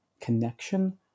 connection